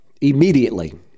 immediately